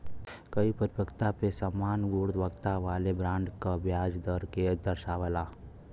कई परिपक्वता पे समान गुणवत्ता वाले बॉन्ड क ब्याज दर के दर्शावला